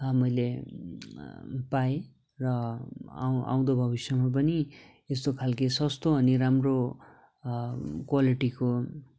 मैले पाएँ र आउँ आउँदो भविष्यमा पनि यस्तो खालके सस्तो अनि राम्रो क्वालिटीको